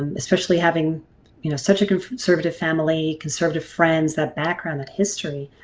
um especially having you know such a conservative, family conservative friends that background that history.